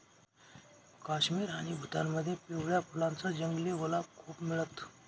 काश्मीर आणि भूतानमध्ये पिवळ्या फुलांच जंगली गुलाब खूप मिळत